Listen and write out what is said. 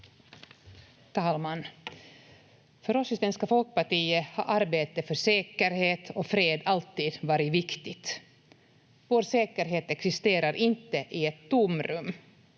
Talman! För oss i Svenska folkpartiet har arbetet för säkerhet och fred alltid varit viktigt. Vår säkerhet existerar inte i ett tomrum.